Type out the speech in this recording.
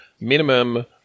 minimum